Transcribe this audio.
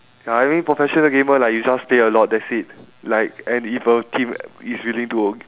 ya I mean professional gamer like you just play a lot that's it like and if a team is willing to